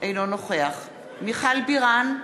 אינו נוכח מיכל בירן,